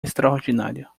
extraordinário